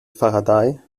faraday